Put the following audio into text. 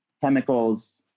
chemicals